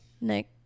Nick